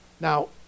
Now